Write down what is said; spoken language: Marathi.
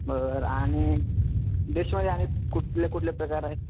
बरोबर आणि डिशमध्ये आणि कुठले कुठले प्रकार आहे